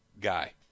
guy